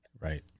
Right